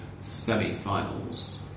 semi-finals